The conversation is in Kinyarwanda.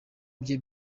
bye